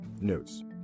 Notes